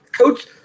Coach –